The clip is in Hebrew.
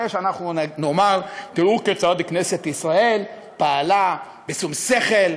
הרי שאנחנו נאמר: תראו כיצד כנסת ישראל פעלה בשום שכל,